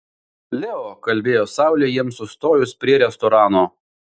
leo kalbėjo saulė jiems sustojus prie restorano